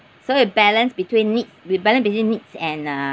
so you balance between needs we balance between needs and uh